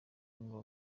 ngo